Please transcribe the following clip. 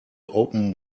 open